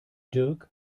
dirk